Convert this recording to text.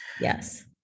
Yes